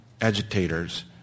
agitators